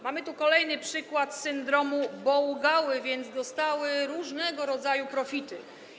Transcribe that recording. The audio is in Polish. Mamy tu kolejny przykład syndromu: bo łgały, więc dostały różnego rodzaju profity.